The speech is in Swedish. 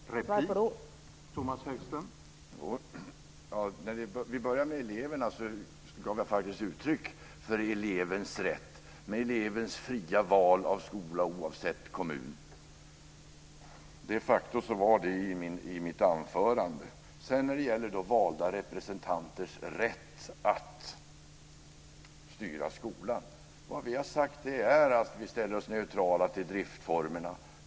Herr talman! För att börja med eleverna kan jag säga att jag faktiskt gav uttryck för elevens rätt samt för elevens fria val av skola, oavsett kommun - de facto fanns det med i mitt anförande. När det gäller detta med valda representanters rätt att styra skolan har vi sagt att vi ställer oss neutrala till driftsformerna.